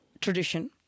tradition